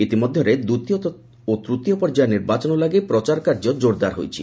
ଇତିମଧ୍ୟରେ ଦ୍ୱିତୀୟ ଓ ତୂତୀୟ ପର୍ଯ୍ୟାୟ ନିର୍ବାଚନ ଲାଗି ପ୍ରଚାର କାର୍ଯ୍ୟ ଜୋରଦାର ହୋଇଛି